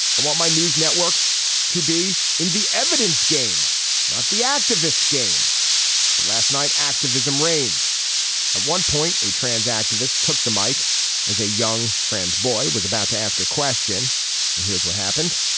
i want my news networks to be in the evidence game not the activist game but last night. activism reigned at one point a trans activist took the mike as a young trans boy was about to ask a question and here's what happened